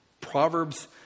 Proverbs